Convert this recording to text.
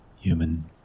human